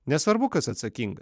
nesvarbu kas atsakingas